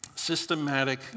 systematic